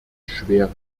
schwere